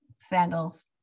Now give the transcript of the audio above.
Sandals